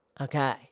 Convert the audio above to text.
Okay